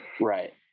Right